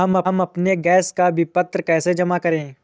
हम अपने गैस का विपत्र कैसे जमा करें?